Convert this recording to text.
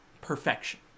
perfection